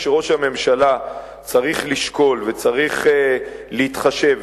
כשראש הממשלה צריך לשקול וצריך להתחשב,